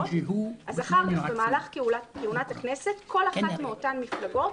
אז אחר כך במהלך כהונת הכנסת כל אחת מאותן מפלגות,